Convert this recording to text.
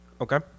Okay